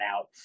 out